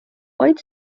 vaid